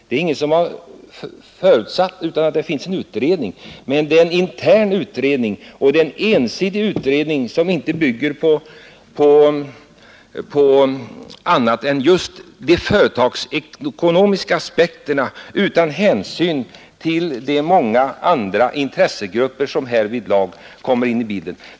Det är ingen som har påstått att det inte gjorts någon utredning, men det är en intern och ensidig utredning som bara tar hänsyn till de företagsekonomiska aspekterna och inte de många andra intressen som kommer in i bilden.